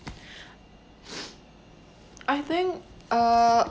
I think uh